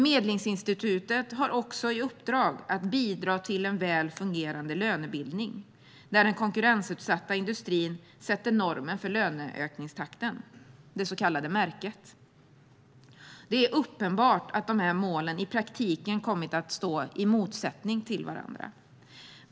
Medlingsinstitutet har dock också i uppdrag att bidra till en väl fungerande lönebildning, där den konkurrensutsatta industrin sätter normen för löneökningstakten - det så kallade märket. Det är uppenbart att dessa mål i praktiken kommit att stå i motsättning till varandra.